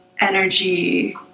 energy